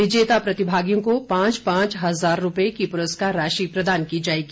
विजेता प्रतिभागियों को पांच पांच हजार रुपए की पुरस्कार राशि प्रदान की जाएगी